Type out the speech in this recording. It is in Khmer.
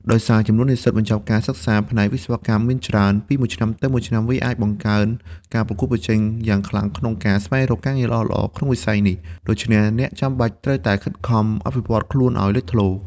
ដោយសារ ចំនួននិស្សិតបញ្ចប់ការសិក្សាផ្នែកវិស្វកម្មមានច្រើន ពីមួយឆ្នាំទៅមួយឆ្នាំវាអាចបង្កើនការប្រកួតប្រជែងយ៉ាងខ្លាំងក្នុងការស្វែងរកការងារល្អៗក្នុងវិស័យនេះដូច្នេះអ្នកចាំបាច់ត្រូវតែខិតខំអភិវឌ្ឍខ្លួនឲ្យលេចធ្លោ។